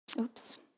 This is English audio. Oops